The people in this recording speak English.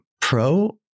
pro